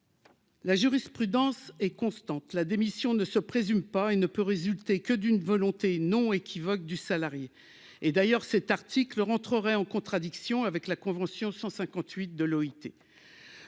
la jurisprudence est constante, la démission ne se présume pas et ne peut résulter que d'une volonté non équivoque du salarié et d'ailleurs cet article rentrerait en contradiction avec la convention 158 de l'OIT,